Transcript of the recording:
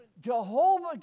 Jehovah